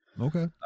Okay